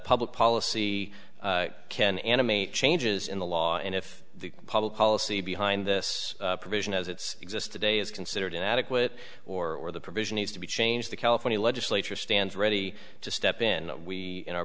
public policy can animate changes in the law and if the public policy behind this provision as it's exist today is considered inadequate or the provision needs to be changed the california legislature stands ready to step in we in our